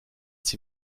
sie